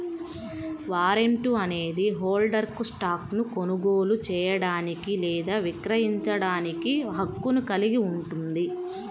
warrant అనేది హోల్డర్కు స్టాక్ను కొనుగోలు చేయడానికి లేదా విక్రయించడానికి హక్కును కలిగి ఉంటుంది